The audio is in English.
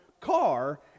car